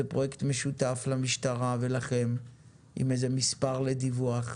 פרויקט משותף למשטרה ולכם עם איזה מספר לדיווח,